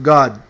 God